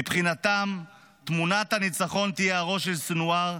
מבחינתם, תמונת הניצחון תהיה הראש של סנוואר,